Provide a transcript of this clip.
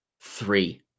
three